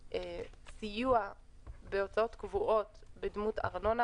סיוע בהוצאות קבועות בדמות ארנונה,